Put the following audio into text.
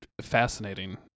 fascinating